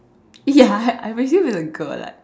ya I I presume it's a girl lah